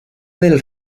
del